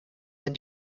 wenn